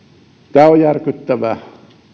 tämä on järkyttävää